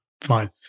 Fine